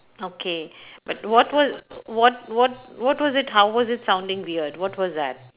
okay but what was what what what was it how was it sounding weird what was that